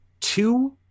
two